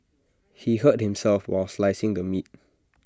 he hurt himself while slicing the meat